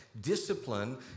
Discipline